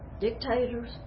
dictators